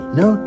no